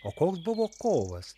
o koks buvo kovas